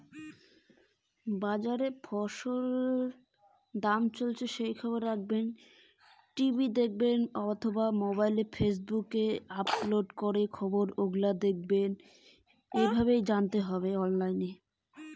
বাজারে কুন ফসলের কতো দাম চলেসে সেই খবর কেমন করি জানীমু?